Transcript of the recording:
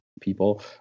people